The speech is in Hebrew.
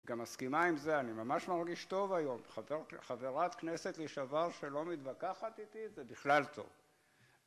גם מסכימה עם זה, אני ממש מרגיש טוב היום, חברת כנסת לשעבר שלא מתווכחת איתי, זה בכלל טוב